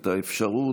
את האפשרות,